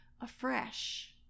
afresh